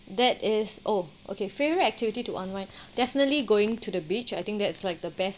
that is oh okay favourite activity to unwind definitely going to the beach I think that's like the best